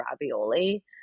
ravioli